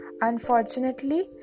Unfortunately